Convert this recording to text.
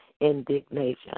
indignation